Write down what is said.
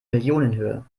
millionenhöhe